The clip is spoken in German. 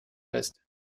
fest